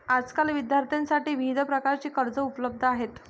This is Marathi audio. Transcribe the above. आजकाल विद्यार्थ्यांसाठी विविध प्रकारची कर्जे उपलब्ध आहेत